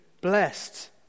blessed